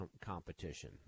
competition